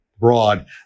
Broad